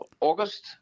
August